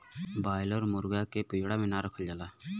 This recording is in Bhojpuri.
ब्रायलर मुरगा के पिजड़ा में ना रखल जाला